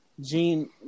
Gene